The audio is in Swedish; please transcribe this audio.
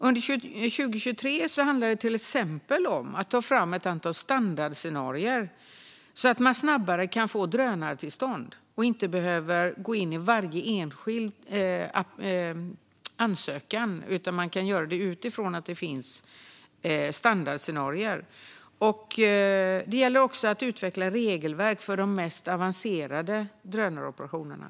Under 2023 handlar det till exempel om att ta fram ett antal standardscenarier för ansökningar om drönartillstånd. Det gäller också att utveckla regelverk för de mest avancerade drönaroperationerna.